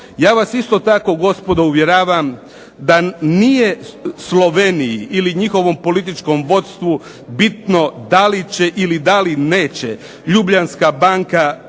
Ja vas isto tako gospodo uvjeravam da nije Sloveniji ili njihovom političkom vodstvu bitno da li će ili da li neće Ljubljanska banka